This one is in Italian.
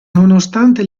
nonostante